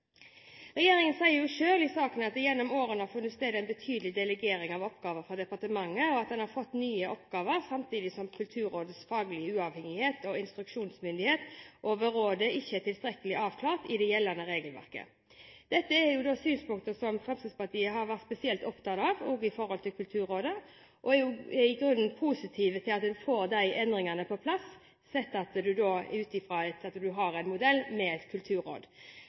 Regjeringen sier selv i saken at det gjennom årene har funnet sted en betydelig delegering av oppgaver fra departementet, og at en har fått nye oppgaver, samtidig som Kulturrådets faglige uavhengighet og instruksjonsmyndighet over rådet ikke er tilstrekkelig avklart i det gjeldende regelverket. Dette er synspunkter som Fremskrittspartiet har vært spesielt opptatt av med hensyn til Kulturrådet, og vi er i grunnen positive til at vi får de endringene på plass sett ut ifra at en har en modell med et kulturråd.